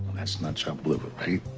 that's not chopped liver, right?